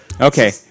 Okay